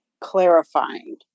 clarifying